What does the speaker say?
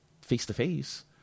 face-to-face